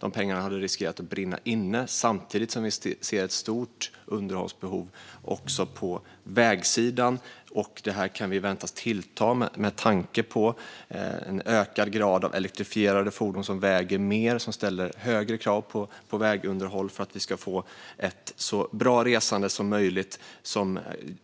Dessa pengar hade riskerat att brinna inne, samtidigt som vi ser ett stort underhållsbehov också på vägsidan. Detta underhållsbehov kan förväntas tillta med tanke på en ökad grad av elektrifierade fordon som väger mer och som ställer högre krav på vägunderhållet för att vi ska få ett så bra resande som möjligt. Dessa fordon